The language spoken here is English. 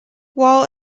while